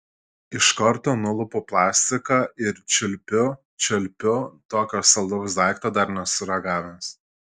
iš karto nulupu plastiką ir čiulpiu čiulpiu tokio saldaus daikto dar nesu ragavęs